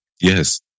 Yes